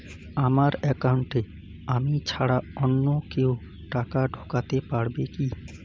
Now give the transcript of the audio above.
আমার একাউন্টে আমি ছাড়া অন্য কেউ টাকা ঢোকাতে পারবে কি?